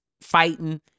fighting